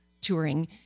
touring